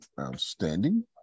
Outstanding